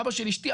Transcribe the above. אבא של אשתי,